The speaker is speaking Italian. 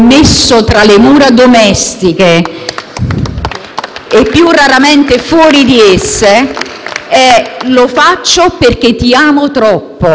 e più raramente fuori di esse, è: «Lo faccio perché ti amo troppo». Una frase che può apparire banale